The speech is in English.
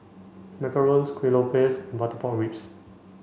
Macarons Kueh Lopes and butter pork ribs